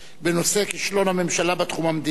בנושא: כישלון הממשלה בתחום המדיני,